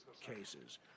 cases